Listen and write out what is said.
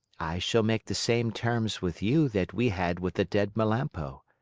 i shall make the same terms with you that we had with the dead melampo.